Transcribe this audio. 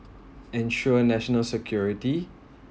ensure national security